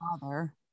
father